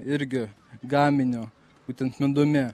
irgi gaminio būtent medumi